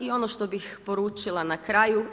I ono što bih poručila na kraju.